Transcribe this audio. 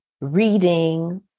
reading